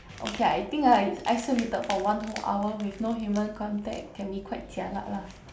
okay I think ah I isolated for one whole hour with no human contact can be quite jialat lah